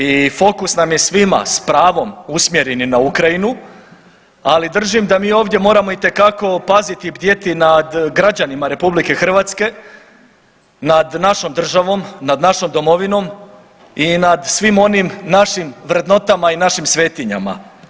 I fokus nam je svima s pravom usmjereni na Ukrajinu, ali držim da mi ovdje moramo itekako paziti, bdjeti nad građanima Republike Hrvatske, nad našom državom, nad našom Domovinom i nad svim onim našim vrednotama i našim svetinjama.